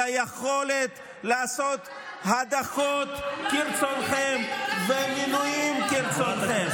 על היכולת לעשות הדחות כרצונכם ומינויים כרצונכם.